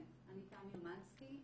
אני תמי אומנסקי,